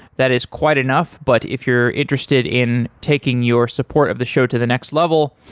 that is quite enough, but if you're interested in taking your support of the show to the next level,